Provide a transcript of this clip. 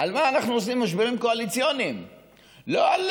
זה העניין.